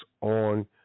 on